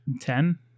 Ten